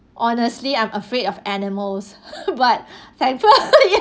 honestly I'm afraid of animals but